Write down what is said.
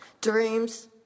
Dreams